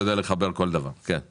לכן, אני